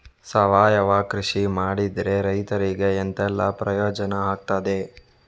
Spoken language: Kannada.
ಸಾವಯವ ಕೃಷಿ ಮಾಡಿದ್ರೆ ರೈತರಿಗೆ ಎಂತೆಲ್ಲ ಪ್ರಯೋಜನ ಆಗ್ತದೆ?